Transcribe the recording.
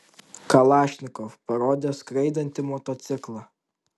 kalašnikov parodė skraidantį motociklą